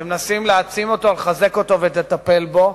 ומנסים להעצים אותו, לחזק אותו ולטפל בו.